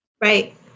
Right